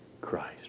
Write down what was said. Christ